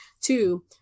Two